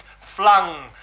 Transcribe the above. flung